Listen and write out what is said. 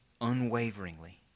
unwaveringly